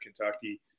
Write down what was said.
Kentucky